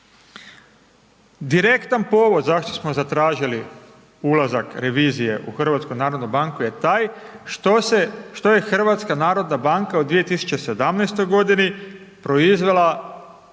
Direktan povod zašto smo zatražili ulazak revizije u HNB je taj što je HNB od 2017. godini, proizvela